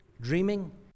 dreaming